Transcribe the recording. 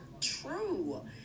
true